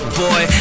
boy